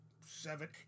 seven